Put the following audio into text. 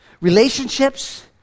Relationships